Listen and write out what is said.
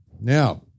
Now